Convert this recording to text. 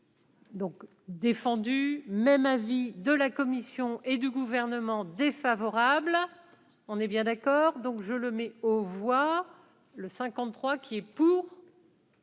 Donc défendu même avis de la commission et du Gouvernement défavorable, on est bien d'accord, donc je le mets aux voix le 53 qui est pour.